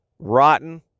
Rotten